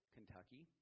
Kentucky